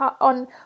on